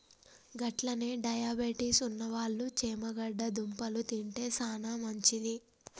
గట్లనే డయాబెటిస్ ఉన్నవాళ్ళు చేమగడ్డ దుంపలు తింటే సానా మంచిది